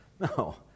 No